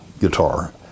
guitar